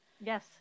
yes